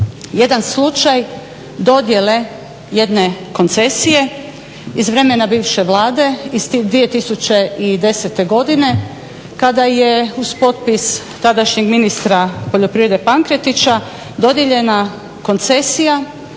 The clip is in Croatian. jedan slučaj dodjele jedne koncesije iz vremena bivše Vlade iz 2010. godine kada je uz potpis tadašnjeg ministra poljoprivrede Pankretića dodijeljena koncesija